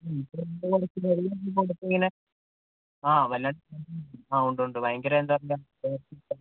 ഇങ്ങനെ ആ വല്ലാണ്ട് ആ ഉണ്ട് ഉണ്ട് ഭയങ്കര എന്താ